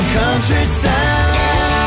countryside